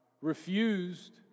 refused